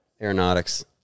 Aeronautics